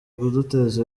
kuduteza